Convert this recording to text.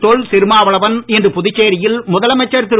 தொல் திருமாவளவன் இன்று புதுச்சேரியில் முதலமைச்சர் திரு